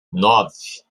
nove